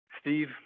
Steve